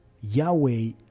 Yahweh